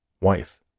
wife